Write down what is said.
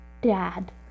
dad